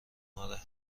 مادر